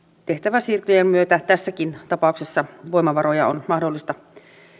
tehtäväsiirtojen myötä tässäkin tapauksessa voimavaroja on mahdollista